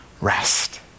rest